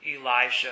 Elijah